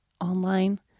online